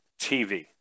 tv